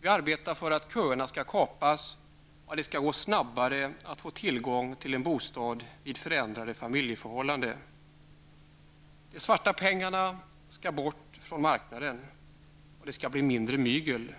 Vi arbetar för att köerna skall kapas och för att det skall gå snabbare att få tillgång till en bostad vid förändrade familjeförhållanden. De svarta pengarna skall bort från marknaden, och det skall bli mindre mygel.